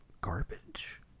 garbage